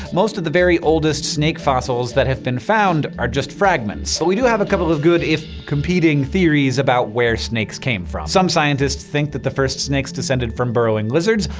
most of the very oldest snake fossils that have been found are just fragments. but, we do have a couple of good, if competing, theories theories about where snakes came from. some scientists think that the first snakes descended from burrowing lizards.